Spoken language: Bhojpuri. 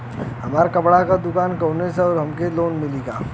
हमार कपड़ा क दुकान हउवे त हमके लोन मिली का?